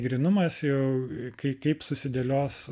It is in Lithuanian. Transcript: grynumas jau kai kaip susidėlios